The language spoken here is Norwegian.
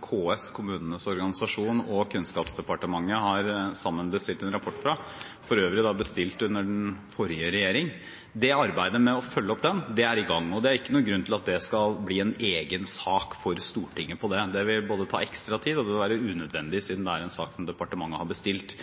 KS, kommunenes organisasjon, og Kunnskapsdepartementet sammen har bestilt en rapport fra – for øvrig bestilt under den forrige regjeringen – er arbeidet med å følge den opp i gang. Det er ikke noen grunn til at det skal bli en egen sak for Stortinget om det, det vil både ta ekstra tid og være unødvendig siden det